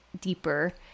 deeper